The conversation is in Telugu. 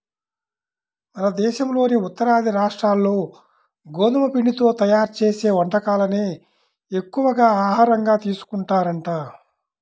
మన దేశంలోని ఉత్తరాది రాష్ట్రాల్లో గోధుమ పిండితో తయ్యారు చేసే వంటకాలనే ఎక్కువగా ఆహారంగా తీసుకుంటారంట